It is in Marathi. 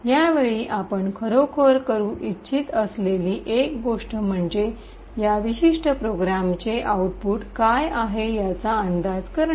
या वेळी आपण खरोखर करू इच्छित असलेली एक गोष्ट म्हणजे या विशिष्ट प्रोग्रामचे आउटपुट काय आहे याचा अंदाज करणे